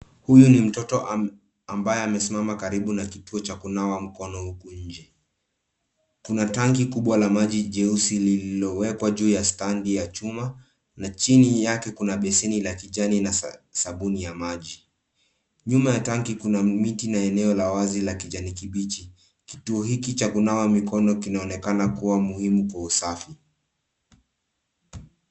Huyu ni mtoto ambaye amesimama karibu na kituo cha kunawa mkono huku nje. Kuna tanki kubwa la maji jeusi lililowekwa juu ya standi ya chuma, na chini yake Kuna beseni la kijani na sabuni ya maji..Nyuma ya tanki Kuna miti na eneo la wazi la kijani kibichi. Kituo hiki cha kunawa mikono kinaonekana kuwa muhimu kwa usafi .